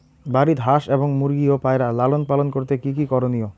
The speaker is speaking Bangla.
বাড়িতে হাঁস এবং মুরগি ও পায়রা লালন পালন করতে কী কী করণীয়?